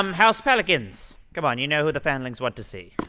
um house pelicans. come on, you know who the fanlings want to see